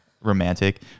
romantic